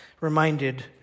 reminded